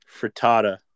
frittata